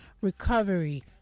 recovery